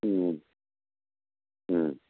മ്മ് മ്മ്